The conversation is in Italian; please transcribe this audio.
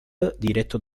diretto